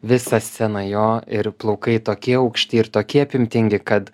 visą sceną jo ir plaukai tokie aukšti ir tokie apimtingi kad